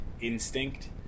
instinct